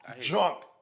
Junk